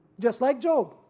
just like job.